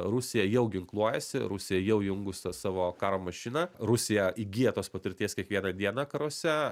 rusija jau ginkluojasi rusija jau įjungus a savo karo mašiną rusija įgyja tos patirties kiekvieną dieną karuose